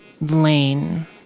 Lane